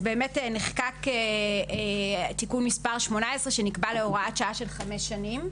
נחקק תיקון מספר 18 שנקבע להוראת שעה של 5 שנים,